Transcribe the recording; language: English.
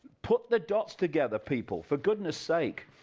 put the dots together people, for goodness sake.